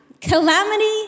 calamity